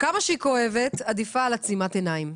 כמה שהיא כואבת, עדיפה על עצימת עיניים,